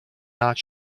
not